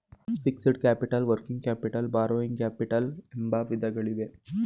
fixed capital working capital borrowing capital ಎಂಬ ವಿಧಗಳಿವೆ